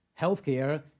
Healthcare